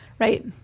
Right